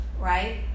right